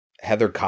Heather